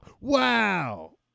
Wow